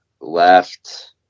left